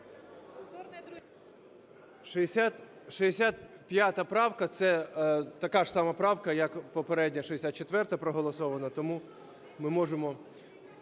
65 правка - це така ж сама правка, як попередня, 64-а, проголосована, тому ми можемо